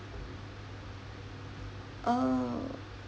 uh